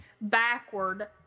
backward